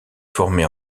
formé